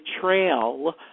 trail